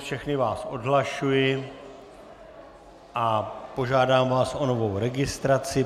Všechny vás odhlašuji a požádám vás o novou registraci.